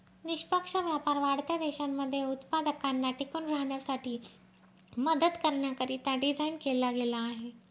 निष्पक्ष व्यापार वाढत्या देशांमध्ये उत्पादकांना टिकून राहण्यासाठी मदत करण्याकरिता डिझाईन केला गेला आहे